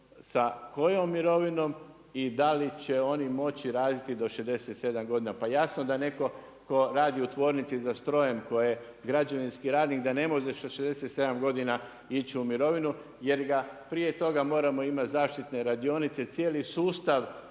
sa kojom mirovinom i da li će oni moći raditi do 67 godina. Pa jasno da netko tko radi u tvornici za strojem, tko je građevinski radnik da ne može sa 67 godina ići u mirovinu jer ga prije toga moramo imati zaštitne radionice, cijeli sustav